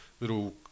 little